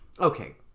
Okay